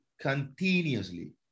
Continuously